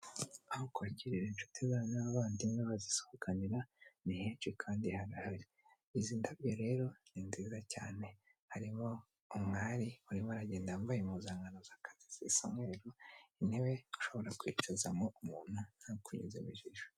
Aho kwakirira inshuti zawe n'abavandimwe bazisohokanira ni henshi kandi harahari izi ndabyo rero ni nziza cyane harimo umwari urimo uragenda wambaye impuzankano z'akazi zisa umweru, intebe ashobora kwicazamo umuntu ntakunyuzemo ijisho.